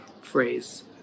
phrase